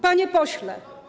Panie Pośle!